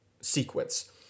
sequence